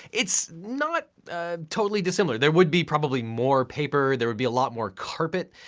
it's not totally dissimilar. there would be, probably more paper, there would be a lot more carpet,